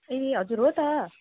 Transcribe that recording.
ए हजुर हो त